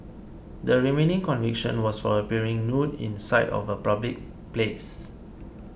the remaining conviction was for appearing nude in sight of a public place